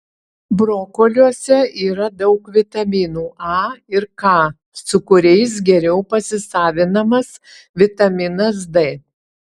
brokoliuose yra daug vitaminų a ir k su kuriais geriau pasisavinamas vitaminas d